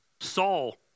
Saul